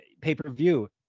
pay-per-view